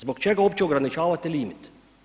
Zbog čega uopće ograničavati limit?